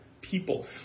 people